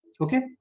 okay